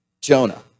Jonah